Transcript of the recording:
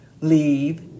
Leave